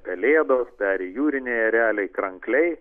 pelėdos peri jūriniai ereliai krankliai